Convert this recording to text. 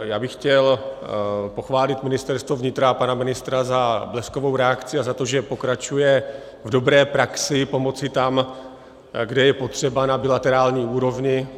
Já bych chtěl pochválit Ministerstvo vnitra a pana ministra za bleskovou reakci a za to, že pokračuje v dobré praxi pomoci tam, kde je potřeba, na bilaterální úrovni.